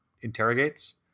interrogates